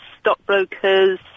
stockbrokers